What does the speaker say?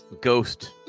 Ghost